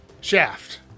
Shaft